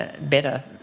better